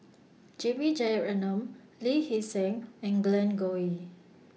J B Jeyaretnam Lee Hee Seng and Glen Goei